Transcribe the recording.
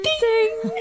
ding